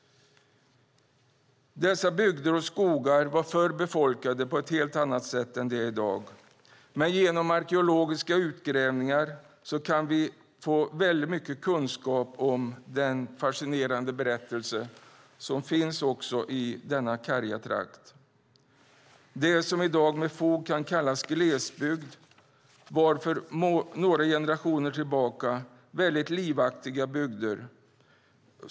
Dessa bygder och skogar var förr befolkade på ett helt annat sätt än de är i dag. Men genom arkeologiska utgrävningar kan vi få väldigt mycket kunskap om den fascinerande berättelse som finns också i denna karga trakt. Det som i dag med fog kan kallas glesbygd var några generationer tillbaka väldigt livaktiga bygder.